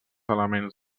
elements